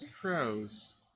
crows